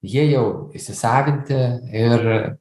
jie jau įsisavinti ir